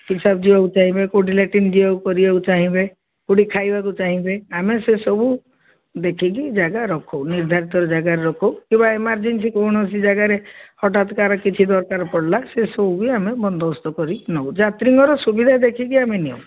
ହିସାବ ଯିବାକୁ ଚାହିଁବେ କେଉଁଠି ଲାଟ୍ରିନ୍ ଯିବାକୁ କରିବାକୁ ଚାହିଁବେ ଟ୍ରିଠି ଖାଇବାକୁ ଚାହିଁବେ ଆମେ ସେସବୁ ଦେଖିକି ଜାଗା ରଖୁ ନିର୍ଦ୍ଧାରିତର ଜାଗାରେ ରଖୁ କିମ୍ବା ଏମର୍ଜେନ୍ସି କୌଣସି ଜାଗାରେ ହଠାତ୍କାର କିଛି ଦରକାର ପଡ଼ିଲା ସେସବୁ ବି ଆମେ ବନ୍ଦୋବୋସ୍ତ କରି ନେବୁ ଯାତ୍ରୀଙ୍କର ସୁବିଧା ଦେଖିକି ଆମେ ନେଉ